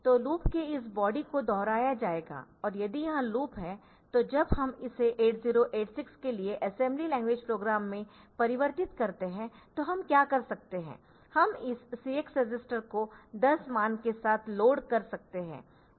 तो लूप के इस बॉडी को दोहराया जाएगा और यदि यह लूप है तो जब हम इसे 8086 के लिए असेंबली लैंग्वेज प्रोग्राम में परिवर्तित करते है तो हम क्या कर सकते है हम इस CX रजिस्टर को 10 मान के साथ लोड कर सकते है